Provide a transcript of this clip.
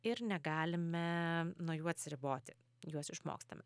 ir negalime nuo jų atsiriboti juos išmokstame